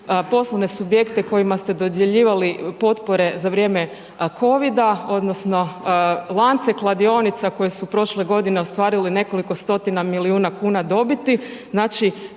poslovne subjekte kojima ste dodjeljivali potpore covida odnosno lance kladionica koji su prošle godina ostvarili nekoliko stotina milijuna kuna dobiti.